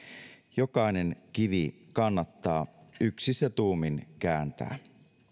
jokainen kivi kannattaa yksissä tuumin kääntää